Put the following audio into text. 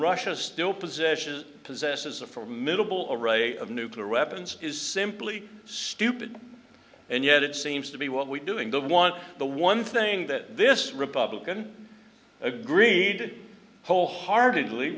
russia still position possesses a for middle of a of nuclear weapons is simply stupid and yet it seems to be what we doing the one the one thing that this republican agreed wholeheartedly